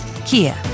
Kia